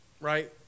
right